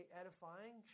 edifying